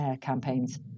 campaigns